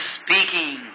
speaking